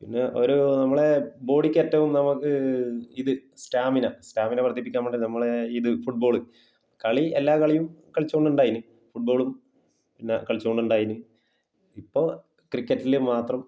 പിന്നെ ഒരു നമ്മളെ ബോഡിക്കേറ്റവും നമുക്ക് ഇത് സ്റ്റാമിന സ്റ്റാമിന വർദ്ധിപ്പിക്കാൻ വേണ്ട നമ്മളെ ഇത് ഫുട്ബോള് കളി എല്ലാ കളിയും കളിച്ചു കൊണ്ട് ഉണ്ടായിന് ഫുട്ബോളും പിന്നെ കളിച്ചു കൊണ്ട് ഉണ്ടായിന് ഇപ്പോൾ ക്രിക്കറ്റിൽ മാത്രം